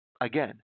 Again